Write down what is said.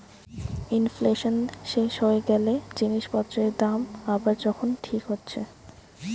inflation শেষ হয়ে গ্যালে জিনিস পত্রের দাম আবার যখন ঠিক হচ্ছে